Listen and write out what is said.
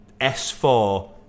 S4